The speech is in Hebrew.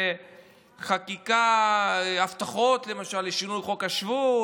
לחקיקה והבטחות כמו שינוי חוק השבות,